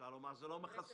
אפשר לומר שזה לא מכסה,